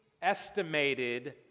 estimated